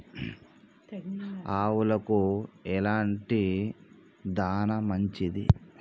ఆవులకు ఎలాంటి దాణా మంచిది?